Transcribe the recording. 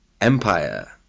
empire